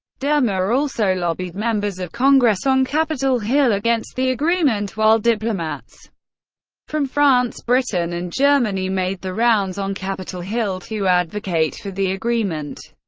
dermer also lobbied members of congress on capitol hill against the agreement, while diplomats from france, britain, and germany made the rounds on capitol hill to advocate for the agreement.